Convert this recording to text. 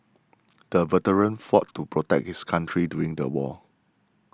the veteran fought to protect his country during the war